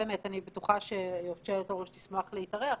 אני בטוחה שיושבת הראש תשמח להתארח,